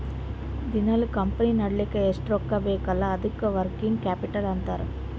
ದಿನಾಲೂ ಕಂಪನಿ ನಡಿಲ್ಲಕ್ ಎಷ್ಟ ರೊಕ್ಕಾ ಬೇಕ್ ಅಲ್ಲಾ ಅದ್ದುಕ ವರ್ಕಿಂಗ್ ಕ್ಯಾಪಿಟಲ್ ಅಂತಾರ್